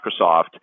Microsoft